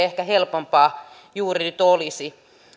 ehkä helpompaa juuri nyt olisi